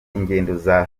ingendo